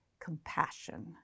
compassion